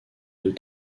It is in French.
deux